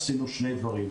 עשינו שני דברים.